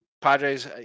Padres